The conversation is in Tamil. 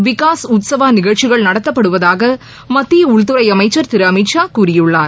விகாஸ் உத்ஸவாநிகழ்ச்சிகள் நடத்தப்படுவதாக மத்திய உள்துறை அமைச்சர் திரு அமித்ஷா கூறியுள்ளார்